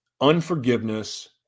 unforgiveness